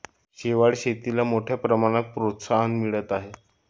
शेवाळ शेतीला मोठ्या प्रमाणात प्रोत्साहन मिळत आहे